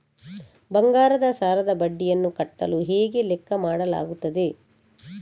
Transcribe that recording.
ಬಂಗಾರದ ಸಾಲದ ಬಡ್ಡಿಯನ್ನು ಕಟ್ಟಲು ಹೇಗೆ ಲೆಕ್ಕ ಮಾಡಲಾಗುತ್ತದೆ?